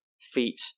feet